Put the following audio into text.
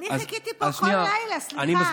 אני חיכיתי פה כל לילה, סליחה.